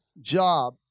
job